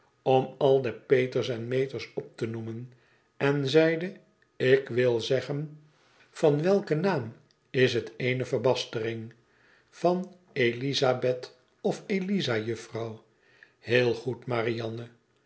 om al de peters en meters op te noemen enzeide ik wil zeggen van welken naam is het eene verbastering van elizabeth of eliza juffrouw heel goed marianne